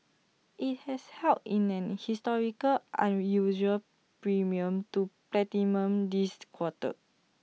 IT has held in A historical unusual premium to platinum this quarter